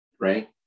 right